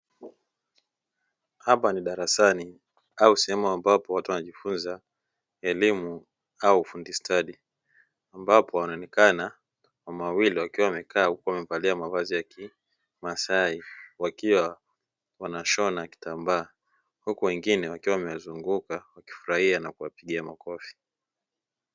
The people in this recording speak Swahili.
Hapa ni darasani au sehemu ambapo watu wanajifunza elimu au ufundi stadi, ambapo wanaonekana mama wawili wamekaa huku wakiwa wamevalia mavazi ya kimasai, wakiwa wanashona kitambaa huku wengine wakiwa wamewazunguka wakifurahia na kuwapigia makofi.